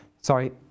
Sorry